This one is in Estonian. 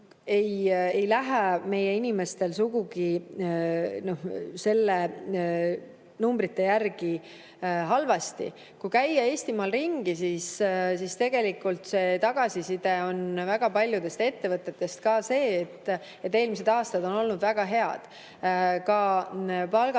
ei lähe meie inimestel numbrite järgi sugugi halvasti. Kui käia Eestimaal ringi, siis tagasiside on väga paljudest ettevõtetest ka see, et eelmised aastad on olnud väga head. Ka palgad